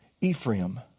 Ephraim